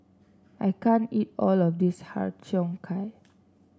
I can't eat all of this Har Cheong Gai